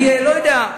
אני לא יודע,